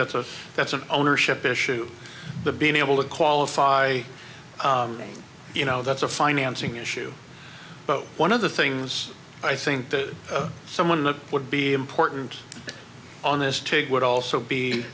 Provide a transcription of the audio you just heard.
that's a that's an ownership issue the being able to qualify i mean you know that's a financing issue but one of the things i think that someone that would be important on this tape would also be